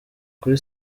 kuri